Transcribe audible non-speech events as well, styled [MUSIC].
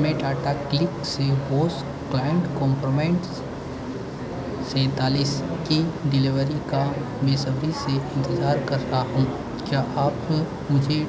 मैं टाटा क्लिक से Bose quite [UNINTELLIGIBLE] सैंतालीस की डिलेवरी का बेसब्री से इंतजार कर रहा हूँ क्या आप मुझे